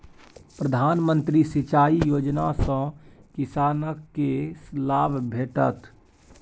प्रधानमंत्री सिंचाई योजना सँ किसानकेँ लाभ भेटत